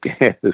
Yes